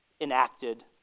enacted